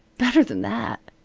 better than that!